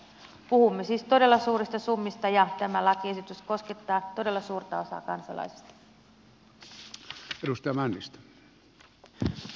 puhumme siis todella suurista summista ja tämä lakiesitys koskettaa todella suurta osaa kansalaisista